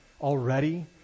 already